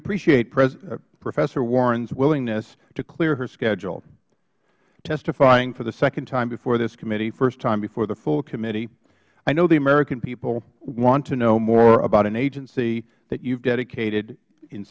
appreciate professor warren's willingness to clear her schedule testifying for the second time before this committee first time before the full committee i know the american people want to know more about an agency that you have dedicated in